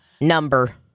number